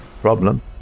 problem